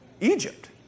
Egypt